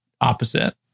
opposite